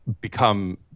become